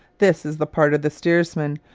this is the part of the steersman,